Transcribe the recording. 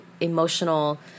emotional